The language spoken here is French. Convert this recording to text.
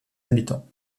habitants